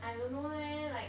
I don't know leh like